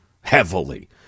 heavily